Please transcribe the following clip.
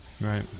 Right